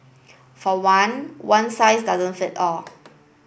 for one one size doesn't fit all